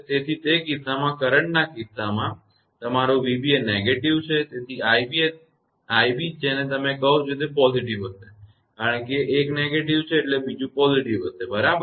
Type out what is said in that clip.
તેથી તે કિસ્સામાં કરંટના કિસ્સામાં તમારો 𝑣𝑏 એ negativeનકારાત્મક છે તેથી 𝑖𝑏 એ તમારો જેને તમે કહો છો positive તે હશે કારણ કે એક negative છે એટલે બીજુ positive હશે બરાબર